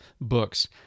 books